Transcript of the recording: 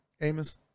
Amos